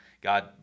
God